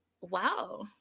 Wow